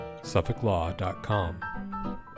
SuffolkLaw.com